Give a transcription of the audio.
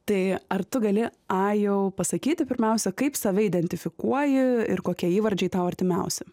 tai ar tu gali ajau pasakyti pirmiausia kaip save identifikuoji ir kokie įvardžiai tau artimiausi